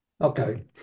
Okay